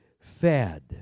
fed